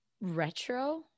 Retro